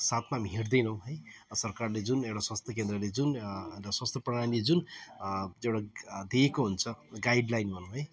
साथमा हामी हिँड्दैनौँ है सरकारले जुन एउटा स्वास्थ्य केन्द्रले जुन र स्वास्थ्य प्रणालीले जुन त्यो एउटा दिएको हुन्छ गाइडलाइन भनौँ है